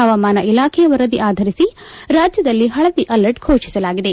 ಹವಾಮಾನ ಇಲಾಖೆ ವರದಿ ಆಧರಿಸಿ ರಾಜ್ಯದಲ್ಲಿ ಹಳದಿ ಅಲರ್ಟ್ ಘೋಷಿಸಲಾಗಿದೆ